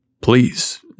Please